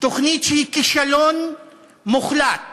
תוכנית שהיא כישלון מוחלט.